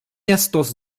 estos